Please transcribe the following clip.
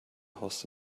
horst